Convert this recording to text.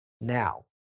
now